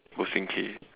go sing K